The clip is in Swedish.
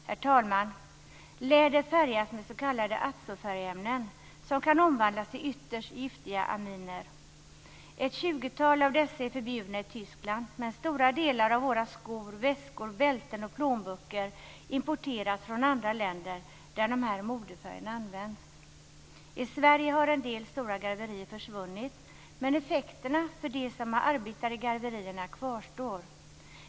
Herr talman! Läder färgas med s.k. azofärgämnen. Dessa kan omvandlas till ytterst giftiga aminer. Ett tjugotal av dessa är förbjudna i Tyskland, men många av våra skor, väskor, bälten och plånböcker importeras från andra länder, där de här modefärgerna används. I Sverige har en del stora garverier försvunnit, men effekterna för dem som har arbetat i garverierna kvarstår.